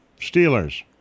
Steelers